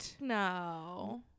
no